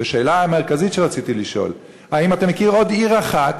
והשאלה המרכזית שרציתי לשאול: האם אתה מכיר עוד עיר אחת